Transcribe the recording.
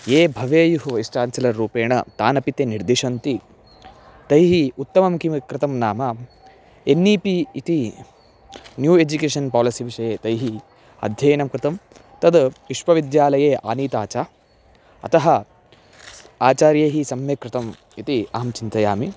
ये भवेयुः vice vice chancellor रूपेण तानपि ते निर्दिशन्ति तैः उत्तमं किं कृतं नाम एन् ई पी इति न्यू एजुकेशन् पालसि विषये तैः अध्ययनं कृतं तत् विश्वविद्यालये आनीता च अतः आचार्यैः सम्यक् कृतम् इति अहं चिन्तयामि